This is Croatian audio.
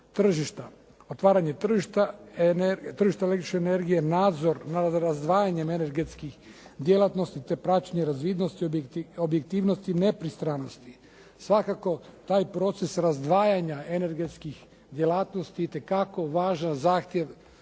tržišta. Otvaranje tržišta električne energije, nadzor nad razdvajanjem energetskih djelatnosti te praćenje razvidnosti, objektivnosti, nepristranosti, svakako taj proces razdvajanja energetskih djelatnosti je itekako važan zahtjev